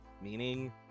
meaning